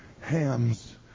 hams